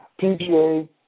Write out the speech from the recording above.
PGA